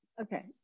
okay